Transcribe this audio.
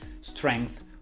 strength